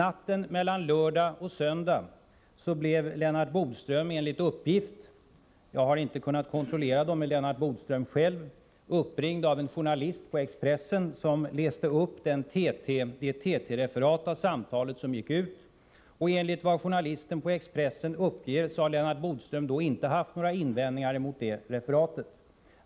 Natten mellan lördag och söndag blev Lennart Bodström enligt uppgift — jag har inte kunnat kontrollera uppgiften med Lennart Bodström själv — uppringd av en journalist på Expressen som läste upp det TT-referat av samtalet som gick ut, och enligt vad journalisten på Expressen uppger har Lennart Bodström då inte haft några invändningar mot TT-referatet.